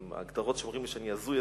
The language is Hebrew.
אם ההגדרות אומרות לי שאני הזוי,